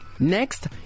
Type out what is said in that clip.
Next